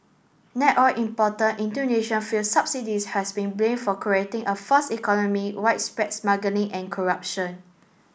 net oil importer Indonesia fuel subsidies have been blame for creating a false economy widespread smuggling and corruption